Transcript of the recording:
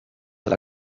alla